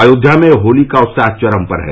अयोध्या में होली का उत्साह चरम पर है